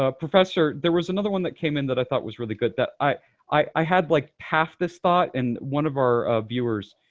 ah professor, there was another one that came in that i thought was really good, that i i had like half this thought and one of our viewers